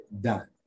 done